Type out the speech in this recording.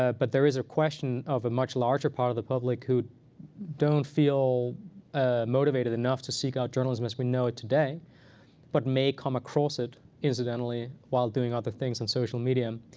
ah but there is a question of a much larger part of the public who don't feel ah motivated enough to seek out journalism as we know it today but may come across it incidentally while doing other things on social media.